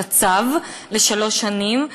את הצו לשלוש שנים,